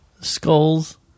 Skulls